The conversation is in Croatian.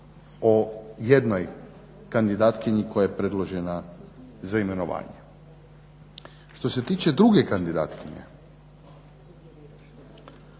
o jednoj kandidatkinji koja je predložena za imenovanje. Što se tiče druge kandidatkinje